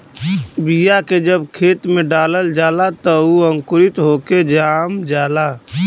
बीया के जब खेत में डालल जाला त उ अंकुरित होके जाम जाला